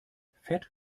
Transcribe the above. fett